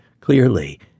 Clearly